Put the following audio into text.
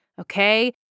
Okay